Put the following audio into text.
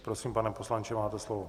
Prosím, pane poslanče, máte slovo.